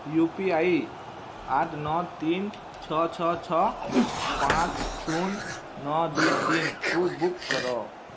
you P I ଆଠ ନଅ ତିନ ଛଅ ଛଅ ଛଅ ପାଞ୍ଚ ଶୂନ ନଅ ଦୁଇ ତିନକୁ ବୁକ୍ କର